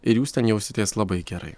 ir jūs ten jausitės labai gerai